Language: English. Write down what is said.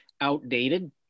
outdated